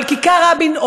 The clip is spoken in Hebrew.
אבל כיכר רבין,